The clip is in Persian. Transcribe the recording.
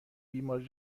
بیماری